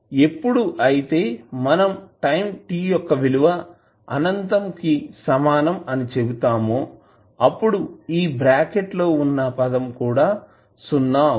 ఎప్పుడు అయితే మనం టైం యొక్క విలువ అనంతం కు సమానం అని చెబుతామో అప్పుడు ఈ బ్రాకెట్లో వున్నా పదం సున్నా అవుతుంది